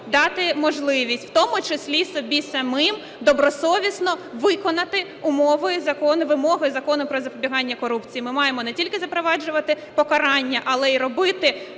дати можливість, в тому числі собі самим, добросовісно виконати умови, вимоги Закону "Про запобігання корупції". Ми маємо не тільки запроваджувати покарання, але і робити